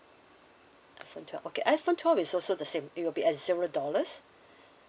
iphone twelve okay iphone twelve is also the same it will be at zero dollars